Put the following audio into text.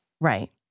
Right